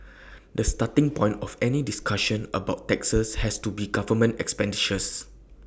the starting point of any discussion about taxes has to be government expenditures